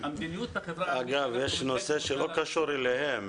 אגב, יש נושא שלא קשור אליהם.